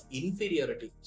inferiority